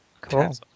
Cool